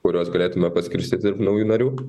kuriuos galėtume paskirstyt tarp naujų narių